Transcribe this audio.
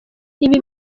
ibi